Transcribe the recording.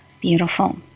Beautiful